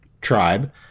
tribe